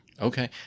Okay